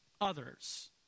others